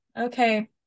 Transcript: Okay